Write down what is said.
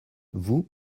vous